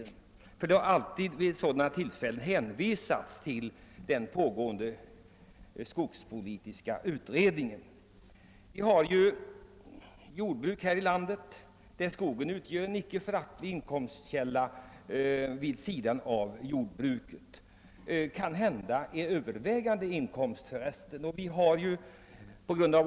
Vid sådana tillfällen har det alltid hänvisats till den arbetande skogspolitiska kommittén. Vi har här i landet jordbruk för vilka skogen utgör en icke föraktlig inkomstkälla vid sidan av jordbruket, t.o.m. den övervägande inkomsten för många brukningsenheter.